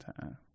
time